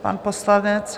Pan poslanec...